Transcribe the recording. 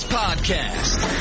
podcast